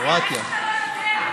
קרואטיה, איך אתה לא יודע?